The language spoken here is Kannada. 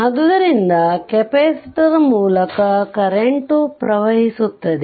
ಆದ್ದರಿಂದ ಕೆಪಾಸಿಟರ್ ಮೂಲಕ ಕರೆಂಟ್ ಪ್ರವಹಿಸುತ್ತದೆ